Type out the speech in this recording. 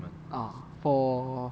uh for